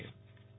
Ashutosh Antani